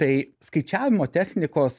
tai skaičiavimo technikos